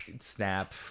snap